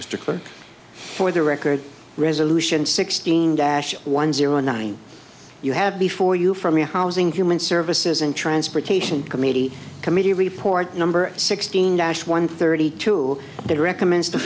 the record resolution sixteen dash one zero nine you have before you from your housing human services and transportation committee committee report number sixteen dash one thirty two that recommends t